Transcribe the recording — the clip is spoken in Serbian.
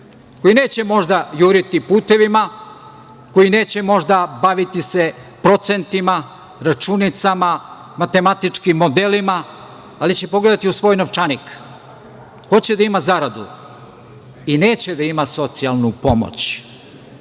koji neće možda juriti putevima, koji neće možda baviti se procentima i računicama i matematičkim modelima, ali će pogledati u svoj novčanik. Hoće da ima zaradu i neće da ima socijalnu pomoć.